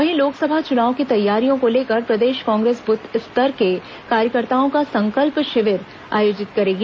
वहीं लोकसभा चुनाव की तैयारियों को लेकर प्रदेश कांग्रेस बूथ स्तर के कार्यकर्ताओं का संकल्प शिविर आयोजित करेगी